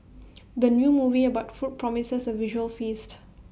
the new movie about food promises A visual feast